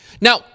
Now